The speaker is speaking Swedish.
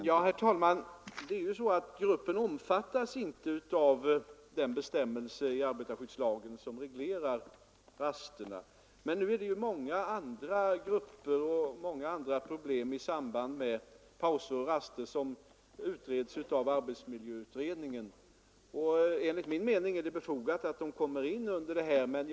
Herr talman! Denna grupp omfattas inte av den bestämmelse i arbetarskyddslagen som reglerar raster. Men många andra gruppers problem i samband med pauser och raster utreds av arbetsmiljöutredningen. Enligt min mening är det befogat att trafiklärarna kommer in under denna bestämmelse.